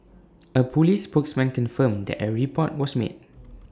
A Police spokesman confirmed that A report was made